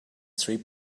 three